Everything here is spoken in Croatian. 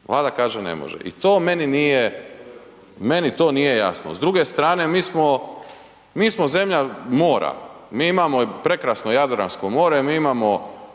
Vlada kaže ne može. I to meni nije, meni to nije jasno. S druge strane, mi smo zemlja mora, mi imamo prekrasno Jadransko more, mi imamo